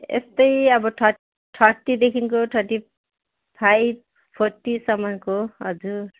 यस्तै अब थट थट्टीदेखिनको थट्टी फाइभ फोर्टीसम्मको हजुर